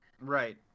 Right